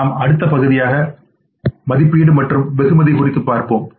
நாம் அடுத்த பகுதியாக மதிப்பீடு மற்றும் வெகுமதி குறித்து பார்ப்போம்